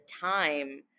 time